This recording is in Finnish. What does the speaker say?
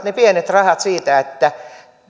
ne pienet rahat tulevat siitä että